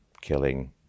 killing